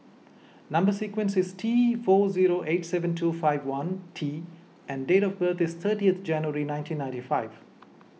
Number Sequence is T four zero eight seven two five one T and date of birth is thirtieth January nineteen ninety five